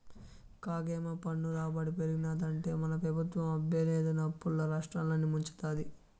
కాగేమో పన్ను రాబడి పెరిగినాదంటే మన పెబుత్వం అబ్బే లేదని అప్పుల్ల రాష్ట్రాన్ని ముంచతాంది